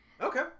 okay